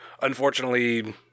unfortunately